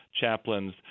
chaplains